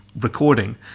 recording